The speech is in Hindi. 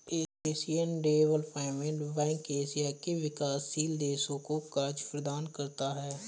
एशियन डेवलपमेंट बैंक एशिया के विकासशील देशों को कर्ज प्रदान करता है